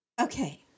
Okay